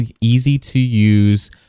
easy-to-use